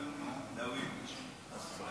דף.